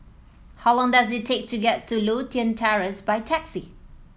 how long does it take to get to Lothian Terrace by taxi